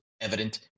evident